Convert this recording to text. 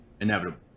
inevitable